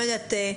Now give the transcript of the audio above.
לא יודעת,